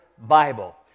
Bible